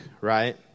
right